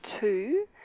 two